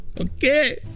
okay